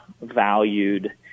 valued